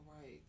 right